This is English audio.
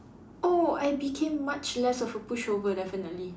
oh I became much less of a pushover definitely